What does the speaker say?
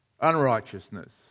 unrighteousness